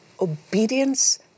obedience